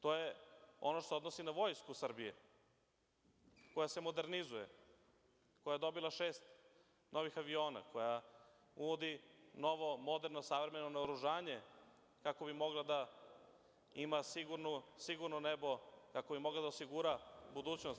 To je ono što se odnosi na Vojsku Srbije koja se modernizuje, koja je dobila šest novih aviona, koja uvodi novo moderno, savremeno naoružanje, kako bi mogla da ima sigurno nebo, kako bi mogla da osigura budućnost